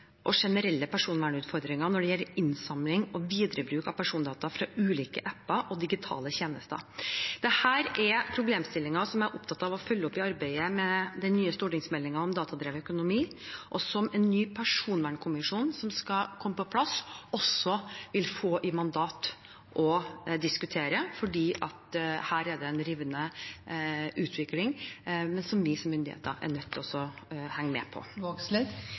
av persondata fra ulike apper og digitale tjenester. Dette er problemstillinger jeg er opptatt av å følge opp i arbeidet med den nye stortingsmeldingen om datadrevet økonomi. En ny personvernkommisjon skal komme på plass og vil få i mandat å diskutere dette, fordi her er det en rivende utvikling, som vi som myndigheter er nødt til å henge med på.